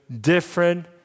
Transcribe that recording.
different